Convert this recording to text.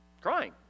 crying